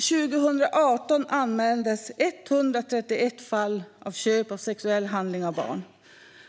År 2018 anmäldes 131 fall av köp av sexuell handling av barn.